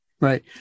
Right